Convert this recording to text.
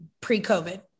pre-COVID